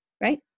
right